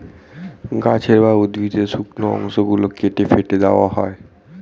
গাছের বা উদ্ভিদের শুকনো অংশ গুলো কেটে ফেটে দেওয়া হয়